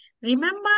remember